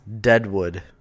Deadwood